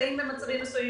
ונמצאים במצבים מסוימים.